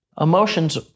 Emotions